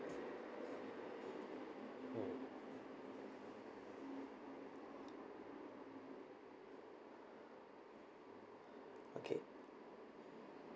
okay